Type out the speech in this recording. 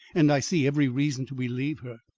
and i see every reason to believe her.